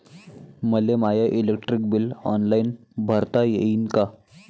मले my electric bill online भरता येईन का?